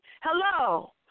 Hello